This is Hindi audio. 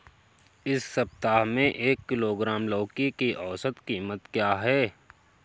इस सप्ताह में एक किलोग्राम लौकी की औसत कीमत क्या है?